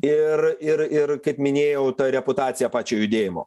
ir ir ir kaip minėjau ta reputacija pačio judėjimo